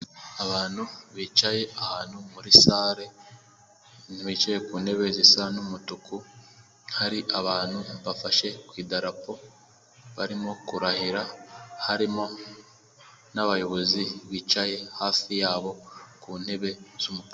Abantu bicaye ahantu muri sare bicaye ku ntebe zis'umutuku hari abantu bafashe k'idarapo barimo kurahira harimo n'abayobozi bicaye hafi yabo ku ntebe z'umukara.